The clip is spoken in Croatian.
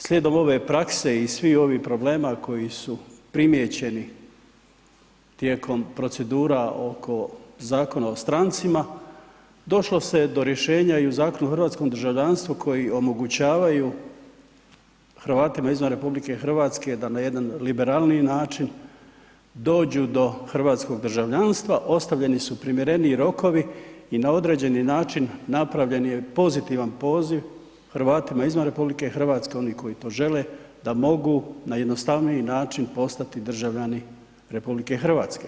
Slijedom ove prakse i svi ovi problema koji su primijećeni tijekom procedura oko Zakona o strancima došlo se do rješenja i u Zakonu o hrvatskom državljanstvu koji omogućavaju Hrvatima izvan RH da na jedan liberalniji način dođu do hrvatskog državljanstva, ostavljeni su primjereniji rokovi i na određeni način napravljen je pozitivan poziv Hrvatima izvan RH, oni koji to žele da mogu na jednostavniji način postati državljani RH.